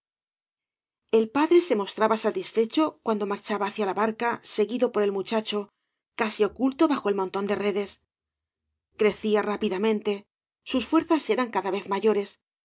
el padre se mostraba satisfecho cuando marchaba hacia la barca seguido por el muchacho casi oculto bajo el montón de redes crecía rápidamente sus fuerzas eran cada vez mayores